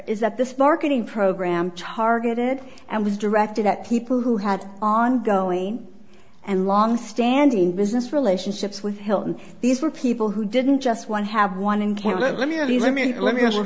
is that this marketing program targeted and was directed at people who had ongoing and longstanding business relationships with hilton these were people who didn't just one have one encounter let me let me let me ask